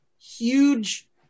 huge